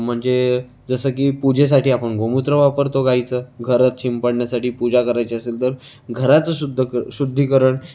म्हणजे जसं की पूजेसाठी आपण गोमूत्र वापरतो गायीचं घरात शिंपडण्यासाठी पूजा करायची असेल तर घराचं शुध्दक शुद्धीकरण